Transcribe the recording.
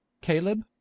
Caleb